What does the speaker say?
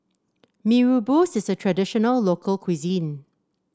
Mee Rebus is a traditional local cuisine